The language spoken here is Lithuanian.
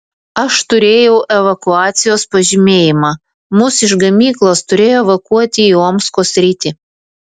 aš turėjau evakuacijos pažymėjimą mus iš gamyklos turėjo evakuoti į omsko sritį